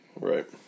Right